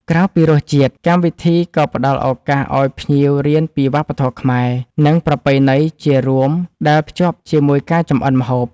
ក្រៅពីរសជាតិ កម្មវិធីក៏ផ្តល់ឱកាសឲ្យភ្ញៀវរៀនពីវប្បធម៌ខ្មែរ និងប្រពៃណីជារួមដែលភ្ជាប់ជាមួយការចម្អិនម្ហូប។